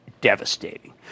Devastating